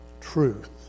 truth